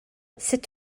sut